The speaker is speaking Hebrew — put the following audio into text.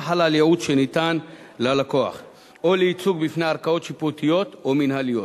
חלה על ייעוץ שניתן ללקוח או לייצוג בפני ערכאות שיפוטיות או מינהליות.